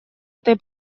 этой